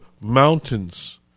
mountains